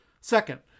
second